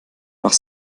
nach